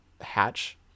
hatch